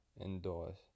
indoors